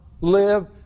live